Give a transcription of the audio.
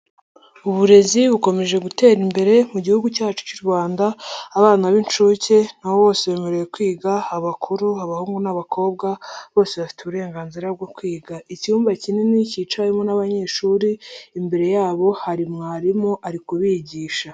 Uburezi bukomeje gutera imbere mu Gihugu cyacu cy'u Rwanda, abana b'inshuke na bo bose bemerewe kwiga, abakuru, abahungu n'abakobwa bose bafite uburenganzira bwo kwiga, icyumba kinini cyicawemo n'abanyeshuri, imbere yabo hari mwarimu ari kubigisha.